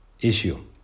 issue